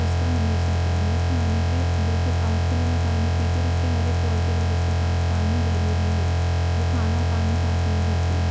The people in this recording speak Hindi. उसका हमेशा का है मैं खाने के बिल्कुल आखरी में पानी पीती हूँ और उसके हर एक कौर के बाद उसका पानी जरूरी ही है वो खाना पानी साथ में ही खाती है